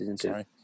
sorry